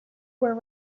were